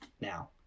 now